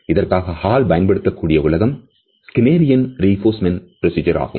இதற்காக ஹால் பயன்படுத்தக்கூடிய உலகம் Skinnerian reinforcement procedure ஆகும்